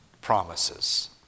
promises